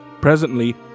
Presently